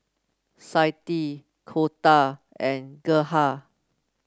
Clytie Colter and Gerhard